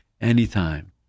anytime